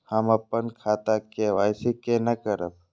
हम अपन खाता के के.वाई.सी केना करब?